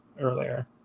earlier